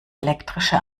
elektrische